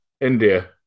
India